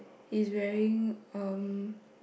is wearing um